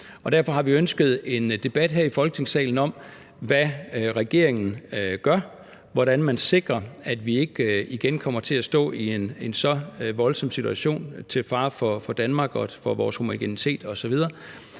Derfor har vi ønsket en debat her i Folketingssalen om, hvad regeringen gør, hvordan man sikrer, at vi ikke igen kommer til at stå i en så voldsom situation til fare for Danmark og for vores homogenitet osv.